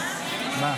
השר,